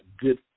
good